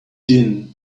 din